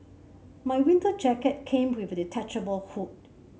my winter jacket came with a detachable hood